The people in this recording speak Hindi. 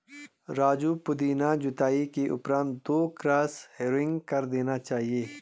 राजू पुदीना जुताई के उपरांत दो क्रॉस हैरोइंग कर देना चाहिए